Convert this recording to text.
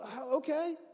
okay